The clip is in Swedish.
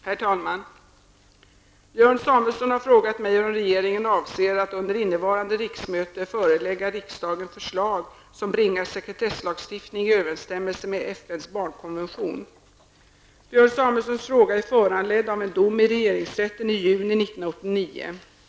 Herr talman! Björn Samuelson har frågat mig om regeringen avser att under innevarande riksmöte förelägga riksdagen förslag som bringar sekretesslagstiftningen i överensstämmelse med Björn Samuelsons fråga är föranledd av en dom i regeringsrätten i juni 1989.